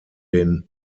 den